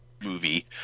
movie